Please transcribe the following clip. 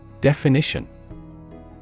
Definition